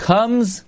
Comes